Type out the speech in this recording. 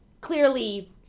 clearly